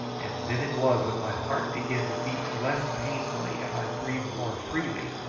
and then it was that my heart began to beat less painfully and i breathed more freely,